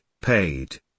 paid